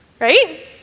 Right